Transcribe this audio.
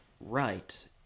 right